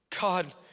God